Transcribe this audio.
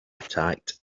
attacked